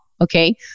Okay